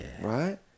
Right